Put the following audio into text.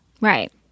Right